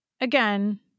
Again